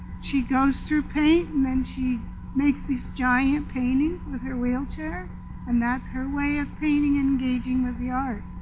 she goes through paint and then she makes these giant paintings with her wheelchair and that's her way of painting engaging with the art.